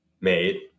made